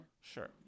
Sure